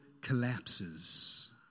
collapses